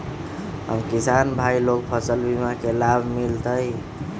हम किसान भाई लोग फसल बीमा के लाभ मिलतई?